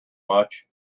much